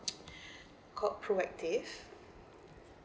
called proactive